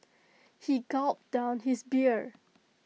he gulped down his beer